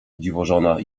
dziwożona